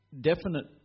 definite